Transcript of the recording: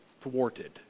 thwarted